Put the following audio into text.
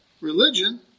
religion